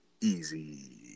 easy